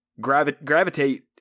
gravitate